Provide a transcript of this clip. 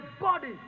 body